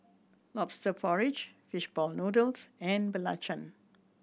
Lobster Porridge fish ball noodles and Belacan